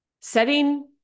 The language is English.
setting